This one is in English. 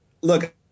look